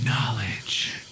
Knowledge